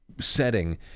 setting